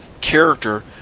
character